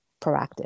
proactive